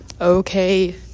Okay